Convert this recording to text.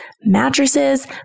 mattresses